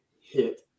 hit